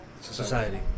Society